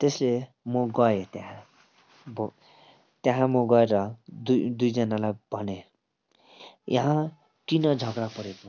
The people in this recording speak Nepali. त्यसले म गएँ त्यहाँ भो त्यहाँ म गएर दु दुईजनालाई भनेँ यहाँ किन झगडा परेको